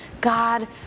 God